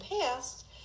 past